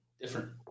Different